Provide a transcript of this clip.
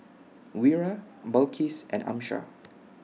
Wira Balqis and Amsyar